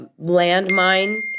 landmine